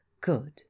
Good